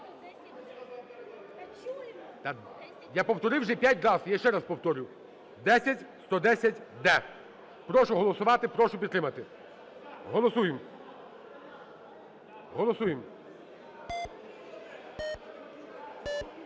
Я повторив вже 5 разів. Я ще раз повторюю – 10110-д. Прошу голосувати. Прошу підтримати. Голосуємо. Голосуємо.